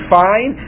fine